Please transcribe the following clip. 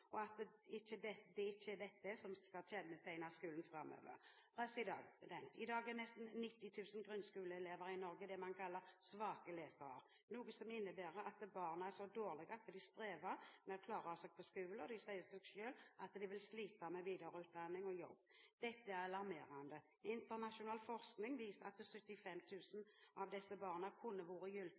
og at det ikke er dette som skal kjennetegne skolen framover. I dag er nesten 90 000 grunnskoleelever i Norge det man kaller «svake lesere», noe som innebærer at barna er så dårlige at de strever med å klare seg på skolen. Det sier seg selv at de vil slite med videreutdanning og jobb. Dette er alarmerende. Internasjonal forskning viser at 75 000 av disse barna kunne ha vært